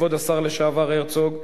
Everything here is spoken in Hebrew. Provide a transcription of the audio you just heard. כבוד השר לשעבר הרצוג,